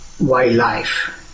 wildlife